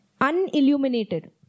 unilluminated